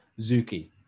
Zuki